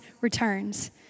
returns